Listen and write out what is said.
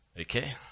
Okay